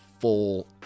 full